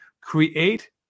create